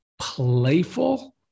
playful